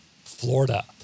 Florida